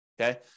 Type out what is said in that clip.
Okay